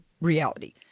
reality